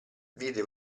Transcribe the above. vide